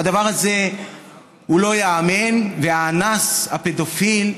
הדבר הזה פשוט לא ייאמן, והאנס, הפדופיל,